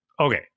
Okay